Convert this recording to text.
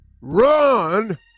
Run